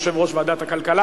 יושב-ראש ועדת הכלכלה.